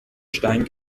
stein